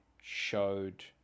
showed